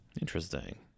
Interesting